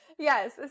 Yes